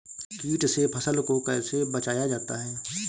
कीट से फसल को कैसे बचाया जाता हैं?